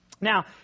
Now